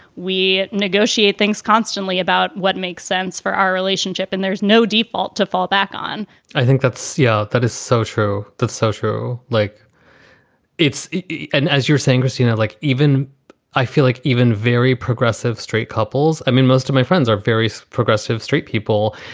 we. negotiate things constantly about what makes sense for our relationship and there's no default to fall back on i think that's yeah, that is so true, that socio like it's and as you're saying, chris, you know, like even i feel like even very progressive straight couples. i mean, most of my friends are very progressive straight people.